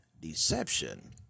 deception